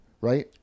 right